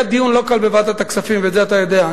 היה דיון לא קל בוועדת הכספים, ואת זה אתה יודע.